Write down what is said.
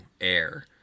air